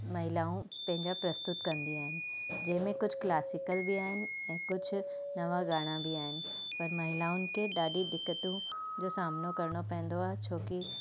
महिलाऊं पंहिंजा प्रस्तुत कंदियूं आहिनि जंहिंमें कुझु क्लासिकल बि आहिनि ऐं कुझु नवां गाना बि आहिनि पर महिलाउनि के ॾाढी दिक़तूं जो सामनो करिणो पईंदो आहे छो कि